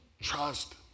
trust